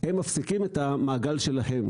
הם מפסיקים את המעגל שלהם.